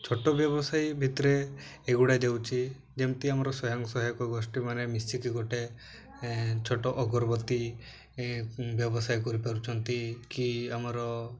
ଛୋଟ ବ୍ୟବସାୟୀ ଭିତରେ ଏଗୁଡ଼ା ଯାଉଛି ଯେମିତି ଆମର ସ୍ଵୟଂ ସହାୟକ ଗୋଷ୍ଠୀମାନେ ମିଶିକି ଗୋଟେ ଛୋଟ ଅଗରବତୀ ବ୍ୟବସାୟ କରିପାରୁଛନ୍ତି କି ଆମର